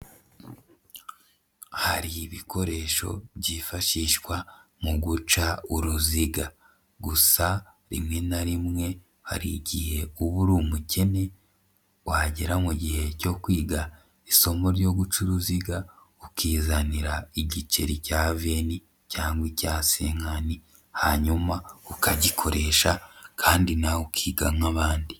Hari ibikoresho byifashishwa mu guca uruziga, gusa rimwe na rimwe hari igihe uba uri umukene, wagera mu gihe cyo kwiga isomo ryo gucuru uruziga ukizanira igiceri cya venti cyangwa icya senkanti, hanyuma ukagikoresha kandi nawe ukiga nk'abandi.